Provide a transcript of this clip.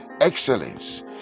excellence